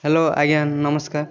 hello ଆଜ୍ଞା ନମସ୍କାର